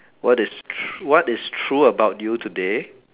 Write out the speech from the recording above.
what is tru~ what is true about you today